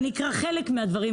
ואני אקרא חלק מהדברים,